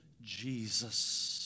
Jesus